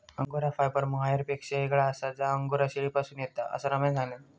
angora fibre मोहायरपेक्षा येगळा आसा जा अंगोरा शेळीपासून येता, असा रम्यान सांगल्यान